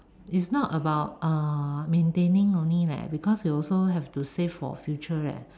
is not about uh maintaining only leh because you also have to save for future leh